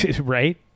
Right